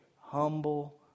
humble